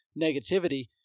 negativity